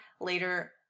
later